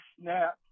snap